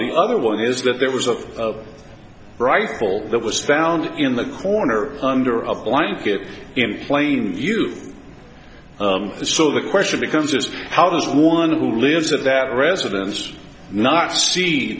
the other one is that their was of rifle that was found in the corner under a blanket in plain view the so the question becomes just how does one who lives of that residence not see